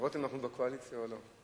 לראות אם אנחנו בקואליציה או לא.